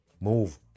Move